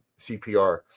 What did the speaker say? CPR